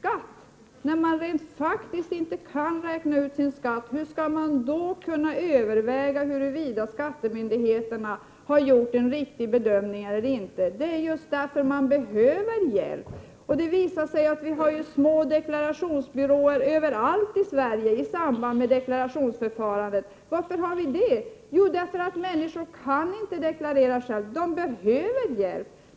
När man inte — Prot. 1988/89:124 kan räkna ut sin skatt, hur skall man då kunna överväga huruvida 30 maj 1989 skattemyndigheterna har gjort en riktig bedömning? Det är just därför man behöver hjälp. Det visar sig ju att vi har små deklarationsbyråer överallt i Sverige i samband med deklarationsförfarandet. Varför har vi det? Jo, därför att människor inte kan deklarera själva. De behöver hjälp.